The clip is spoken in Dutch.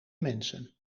mensen